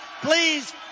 please